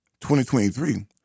2023